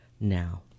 now